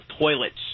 toilets